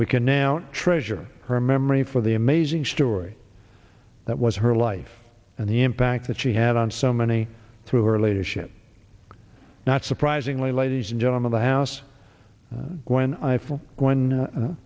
we can now treasure her memory for the amazing story that was her life and the impact that she had on so many through her leadership not surprisingly ladies and gentlemen the house when i